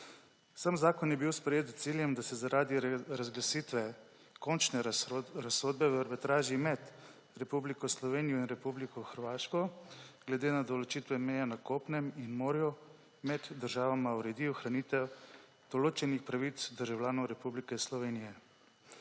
Sam zakon je bil sprejet s ciljem, da se zaradi razglasitve končne razsodbe o arbitraži med Republiko Slovenijo in Republiko Hrvaško glede na določitve meje na kopnem in morju med državama uredi ohranitev določenih pravic državljanov Republike Slovenije.